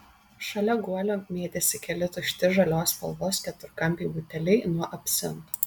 šalia guolio mėtėsi keli tušti žalios spalvos keturkampiai buteliai nuo absento